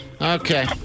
Okay